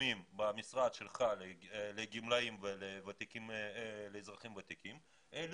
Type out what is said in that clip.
הפרסומים במשרד שלך לגמלאים ולאזרחים ותיקים אל